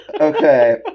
okay